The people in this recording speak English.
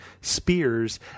spears